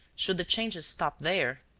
should the changes stop there?